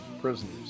prisoners